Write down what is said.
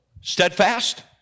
steadfast